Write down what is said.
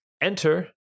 enter